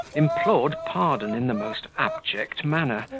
implored pardon in the most abject manner,